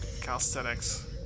calisthenics